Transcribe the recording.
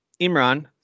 imran